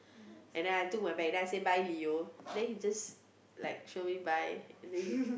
and then I took my bag then I say bye Leo then he just like show me bye then he